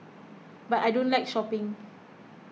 but I don't like shopping